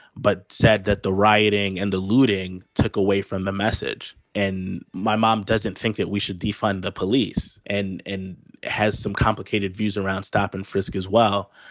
but said that the rioting and the looting took away from the message. and my mom doesn't think that we should defund the police and and has some complicated views around stop and frisk as well.